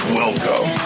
welcome